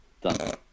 done